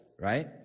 right